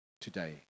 today